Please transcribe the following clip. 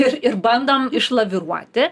ir ir bandom išlaviruoti